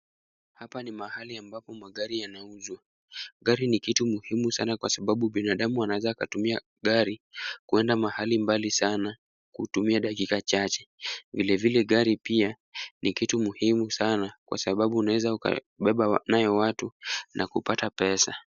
Hapa ni mahali ambapo magari yana uzo. Gari ni kitu muhimu sana kwa sababu binadamu wanaweza kutumia gari kwenda mahali mbali sana, kutumia dakika chache. Vile vile, gari pia ni kitu muhimu sana kwa sababu unaweza ukabeba nayo watu na kupata pesa.